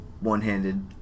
one-handed